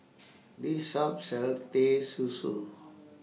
This Shop sells Teh Susu